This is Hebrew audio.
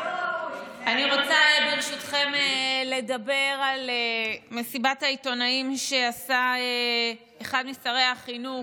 אני רוצה ברשותכם לדבר על מסיבת העיתונאים שעשה אחד משרי החינוך,